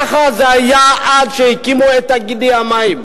ככה זה היה עד שהקימו את תאגידי המים.